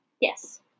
Yes